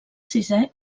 sisè